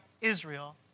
Israel